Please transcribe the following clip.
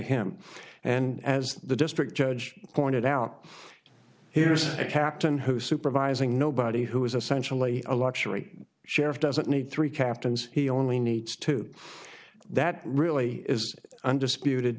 him and as the district judge pointed out here's a captain who supervising nobody who is essentially a luxury sheriff doesn't need three captains he only needs to that really is undisputed